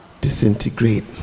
disintegrate